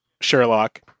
Sherlock